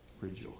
Rejoice